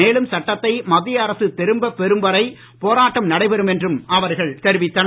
மேலும் சட்டத்தை மத்திய அரசு திரும்பப் பெறும் வரை போராட்டம் நடைபெறும் என்றும் அவர்கள் தெரிவித்தனர்